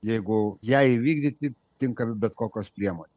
jeigu jai įvykdyti tinka bet kokios priemonės